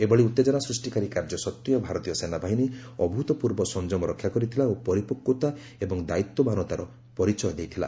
ଏଭଳି ଉତ୍ତେକନା ସୃଷ୍ଟିକାରୀ କାର୍ଯ୍ୟ ସତ୍ତ୍ୱେ ଭାରତୀୟ ସେନାବାହିନୀ ଅଭୂତ୍ପୂର୍ବ ସଂଯମ ରକ୍ଷା କରିଥିଲା ଓ ପରିପକ୍ୱତା ଏବଂ ଦାୟିତ୍ୱବାନତାର ସହ ପରିଚୟ ଦେଇଥିଲା